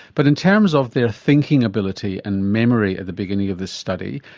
but in terms of their thinking ability and memory at the beginning of this study,